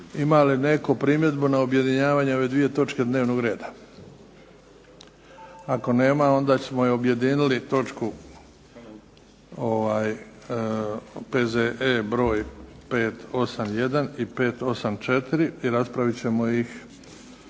Ima li netko primjedbu na objedinjavanje ove dvije točke dnevnog reda? Ako nema onda smo je objedinili točku P.Z.E. br. 581 i 584 i raspravit ćemo ih